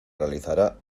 realizará